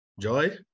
Joy